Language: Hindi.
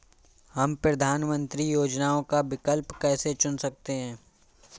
हम प्रधानमंत्री योजनाओं का विकल्प कैसे चुन सकते हैं?